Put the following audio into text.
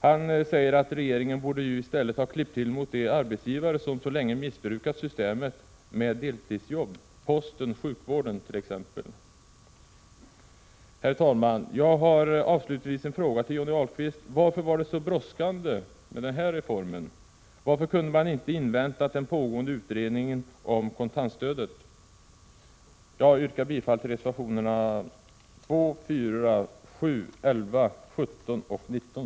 Han säger att regeringen i stället borde ha klippt till mot de arbetsgivare som så länge missbrukat systemet med deltidsjobb, t.ex. posten och sjukvården. Jag har avslutningsvis en fråga till Johnny Ahlqvist: Varför var det så brådskande med den här reformen? Varför kunde man inte ha inväntat den pågående utredningen om kontantstödet? Jag yrkar bifall till reservationerna 2, 4, 7, 11, 17 och 19.